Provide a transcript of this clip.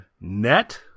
NET